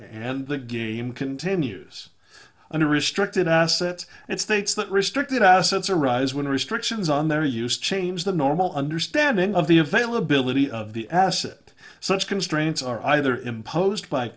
and the game continues on a restricted assets and states that restricted assets arise when restrictions on their use change the normal understanding of the event ability of the assett such constraints are either imposed by